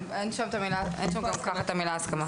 אין שם גם ככה את המילה הסכמה.